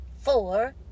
four